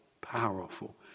powerful